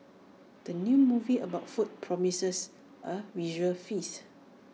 the new movie about food promises A visual feast